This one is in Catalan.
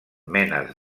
menes